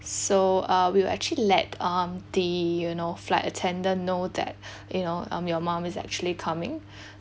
so uh we'll actually let um the you know flight attendant know that you know um your mom is actually coming